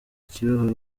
kibeho